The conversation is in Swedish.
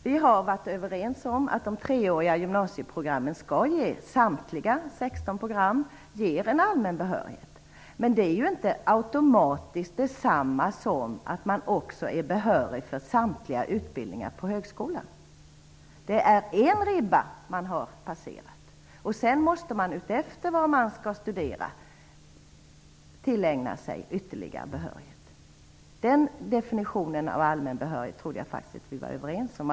Vi har varit överens om att samtliga 16 program i den treåriga gymnasieutbildningen skall ge en allmän behörighet. Men det är inte automatiskt detsamma som att man också är behörig till samtliga utbildningar på högskolan. Det är en ribba man har passerat. Sedan måste man utifrån var man skall studera tillägna sig ytterligare behörighet. Den definitionen av allmän behörighet trodde jag faktiskt att vi var överens om.